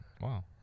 wow